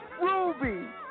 Ruby